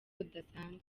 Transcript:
budasanzwe